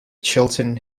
chiltern